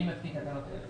אני מתקין תקנות אלה: